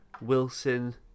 Wilson